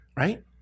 Right